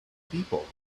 people